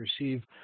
receive